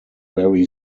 very